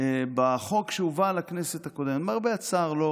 בחוק שהובא לכנסת הקודמת ולמרבה הצער לא